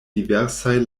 diversaj